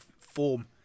form